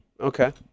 Okay